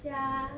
jia